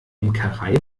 imkerei